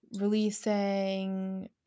releasing